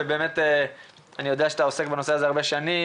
אני יודע שאתה עוסק בנושא הזה הרבה שנים,